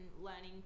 learning